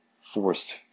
forced